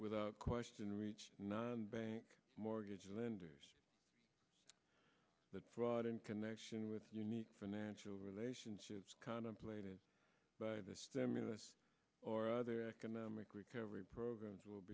without question reach bank mortgage lenders that fraud in connection with finance relationships contemplated by the stimulus or other economic recovery programs will